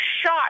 shot